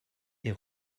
est